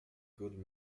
good